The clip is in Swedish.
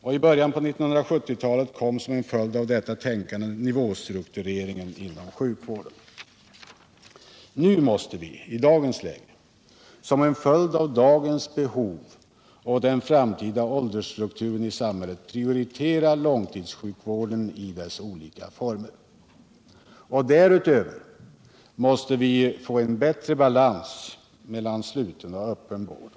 I början av 1970-talet kom som en följd av detta tänkande nivåstruktureringen inom sjukvården. Nu måste vi, som en följd av dagens behov och den framtida åldersstrukturen i samhället, prioritera långtidssjukvården i dess olika former. Därutöver måste vi få en bättre balans mellan sluten och öppen vård.